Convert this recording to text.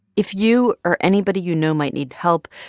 if you or anybody you know might need help,